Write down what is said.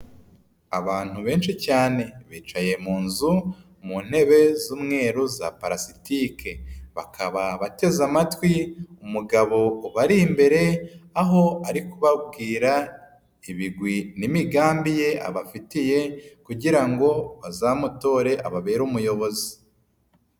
Abantu benshi cyane bicaye mu nzu mu ntebe z'umweru za palasitike, bakaba abateze amatwi umugabo ubari imbere aho ari kubabwira ibigwi n'imigambi ye abafitiye, kugira ngo bazamutore ababere umuyobozi.